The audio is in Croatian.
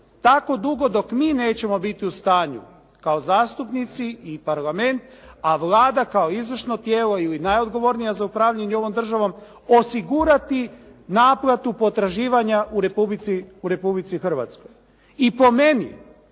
tako dugo dok mi nećemo biti u stanju kao zastupnici i parlament a Vlada kao izvršno tijelo ili najodgovornija za upravljanje ovom državom osigurati naplatu potraživanja u Republici Hrvatskoj. I po meni